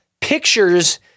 pictures